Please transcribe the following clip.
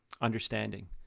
understanding